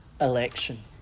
election